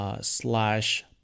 slash